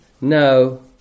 no